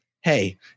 hey